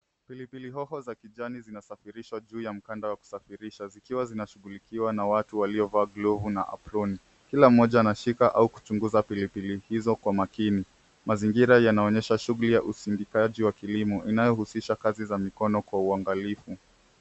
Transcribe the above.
Pilipili hoho za rangi ya kijani zinasafirishwa kwa mkanda wa kusafirisha zikiwa zinashughulikiwa na watu waliovaa glovu. Kila mmoja anashika au kuchunguza pilipili hoho hizi kwa makini. Mazingira yanaonyesha shughuli za usindikaji wa kilimo inayohusisha kazi za mikono kwa uangalifu.